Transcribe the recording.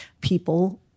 people